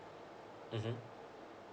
mmhmm